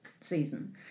season